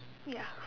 ya